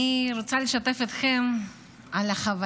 אני רוצה לשתף אתכם בחוויה,